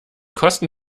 kosten